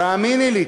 תאמיני לי,